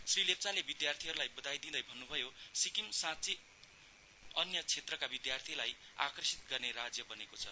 श्री लेप्चाले विद्यार्थीहरूलाई बदाई दिँदै भन्नुभयो सिक्किम सँच्चै अन्य क्षेत्रका विद्यार्थीलाई आकर्षित गर्ने राज्य बनेको छ